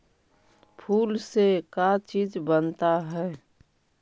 फूल से का चीज बनता है?